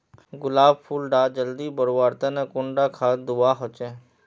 गुलाब फुल डा जल्दी बढ़वा तने कुंडा खाद दूवा होछै?